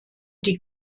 die